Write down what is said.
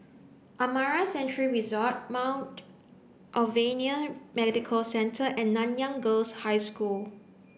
Amara Sanctuary Resort Mount Alvernia Medical Centre and Nanyang Girls' High School